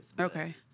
Okay